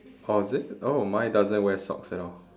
oh is it oh mine doesn't wear socks at all